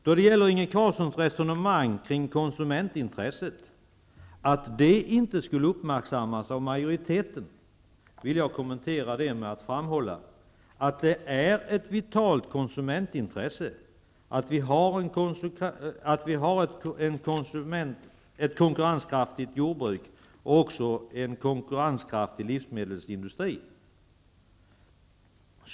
Inge Carlssons resonemang kring att konsumentintresset inte skulle uppmärksammas av majoriteten vill jag kommentera med att framhålla att det är ett vitalt konsumentintresse att vi har ett konkurrenskraftigt jordbruk och en konkurrenskraftig livsmedelsindustri.